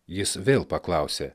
jis vėl paklausė